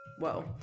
Whoa